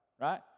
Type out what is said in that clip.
right